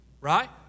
Right